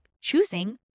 choosing